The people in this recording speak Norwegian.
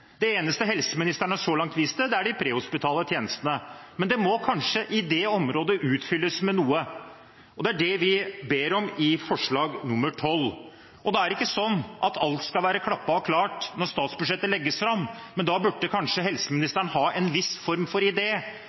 Det eneste helseministeren så langt har vist til, er de prehospitale tjenestene. Men det må i dette området fylles med noe. Det er det vi ber om i forslag nr. 12. Det er ikke sånn at alt skal være klappet og klart når statsbudsjettet legges fram, men da burde kanskje helseministeren ha en viss